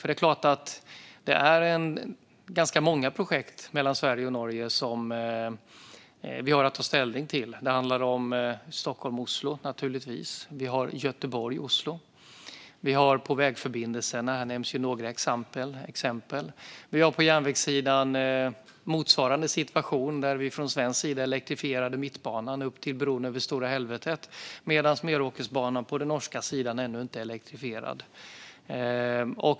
Det är klart att det är ganska många projekt mellan Sverige och Norge som vi har att ta ställning till. Det handlar om Stockholm-Oslo, naturligtvis. Vi har också Göteborg-Oslo. Vi har vägförbindelserna - här nämns några exempel - och vi har på järnvägssidan motsvarande situation där vi från svensk sida elektrifierade mittbanan upp till bron över Stora Helvetet medan Meråkerbanan på den norska sidan ännu inte är elektrifierad.